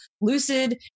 lucid